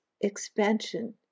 expansion